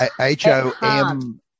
H-O-M